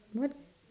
what